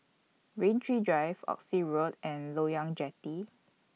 Rain Tree Drive Oxy Road and Loyang Jetty